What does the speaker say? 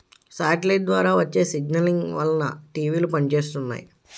satellite ద్వారా వచ్చే signalling వలన టీవీలు పనిచేస్తున్నాయి